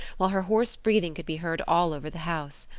while her hoarse breathing could be heard all over the house.